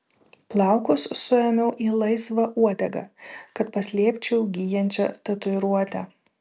plaukus suėmiau į laisvą uodegą kad paslėpčiau gyjančią tatuiruotę